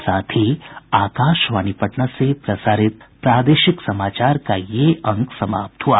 इसके साथ ही आकाशवाणी पटना से प्रसारित प्रादेशिक समाचार का ये अंक समाप्त हुआ